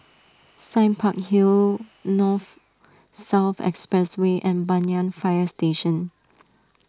Sime Park Hill North South Expressway and Banyan Fire Station